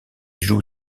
joue